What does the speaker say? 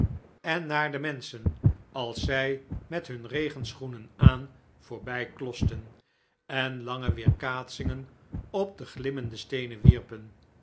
en naar de menschen als zij met hun regenschoenen aan voorbij klosten en lange weerkaatsingen op de glimmende steenen wierpen